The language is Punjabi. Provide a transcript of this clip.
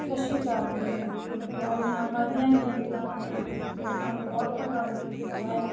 ਸਤਿ ਸ਼੍ਰੀ ਅਕਾਲ ਜੀ ਪੈਟਰੋਲ ਦੀਆਂ ਵਧਦੀਆਂ ਕੀਮਤਾਂ ਦੇ ਵਿੱਚ ਨੂੰ ਸਾਨੂੰ ਬਹੁਤ ਪ੍ਰਭਾਵਿਤ ਕੀਤਾ ਹੈ